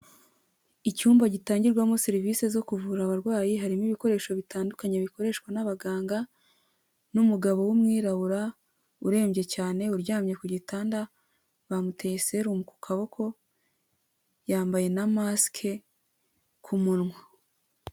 Icyumba gitangirwamo serivisi zo kuvura abarwayi harimo ibikoresho bitandukanye bikoreshwa n'abaganga n'umugabo w'umwirabura urembye cyane, uryamye ku gitanda bamuteye serumu ku kaboko yambaye na masike ku munwa.